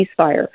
ceasefire